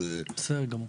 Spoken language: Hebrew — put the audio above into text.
בסדר גמור.